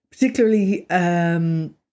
particularly